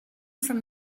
from